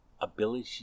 ability